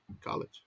College